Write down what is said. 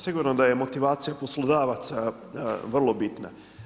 Sigurno da je motivacija poslodavaca vrlo bitna.